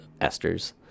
esters